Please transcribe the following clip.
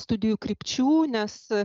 studijų krypčių nes